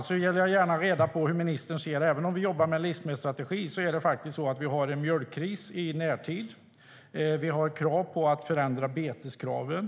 Även om vi jobbar med en livsmedelsstrategi vill jag också gärna ha reda på hur ministern ser på det faktum att vi har en mjölkkris i närtid. Det finns även krav på att förändra beteskraven.